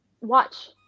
watch